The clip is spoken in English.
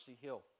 Hill